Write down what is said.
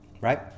right